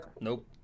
Nope